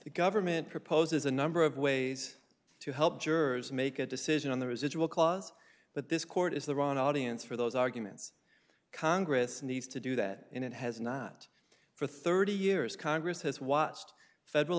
the government proposes a number of ways to help jurors make a decision on the residual clause but this court is the ron audience for those arguments congress needs to do that and it has not for thirty years congress has watched federal